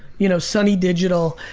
you know, sonny digital,